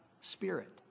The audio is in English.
spirit